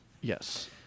Yes